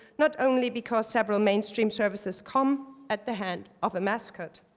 not only because several mainstream services come at the hand of a mascot.